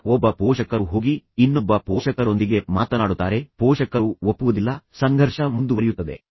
ಈಗ ಒಬ್ಬ ಪೋಷಕರು ಹೋಗಿ ಇನ್ನೊಬ್ಬ ಪೋಷಕರೊಂದಿಗೆ ಮಾತನಾಡುತ್ತಾರೆ ಪೋಷಕರು ಒಪ್ಪುವುದಿಲ್ಲ ಸಂಘರ್ಷ ಮುಂದುವರಿಯುತ್ತದೆ